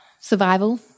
Survival